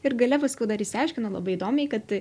ir gale paskui dar išsiaiškinom labai įdomiai kad